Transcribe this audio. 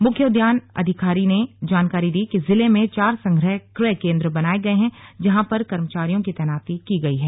मुख्य उद्यान अधिकारी ने जानकारी दी कि जिले में चार संग्रहध्क्रय केन्द्र बनाये गये हैं जहां पर कर्मचारियों की तैनाती की गई है